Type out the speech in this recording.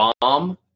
bomb